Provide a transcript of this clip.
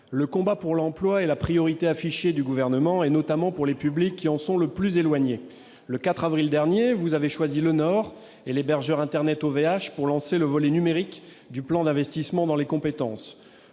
le combat pour l'emploi est la priorité affichée du Gouvernement, notamment pour les publics qui en sont le plus éloignés. Le 4 avril dernier, vous avez choisi le Nord et l'hébergeur internet OVH pour lancer le volet numérique du plan d'investissement dans les compétences.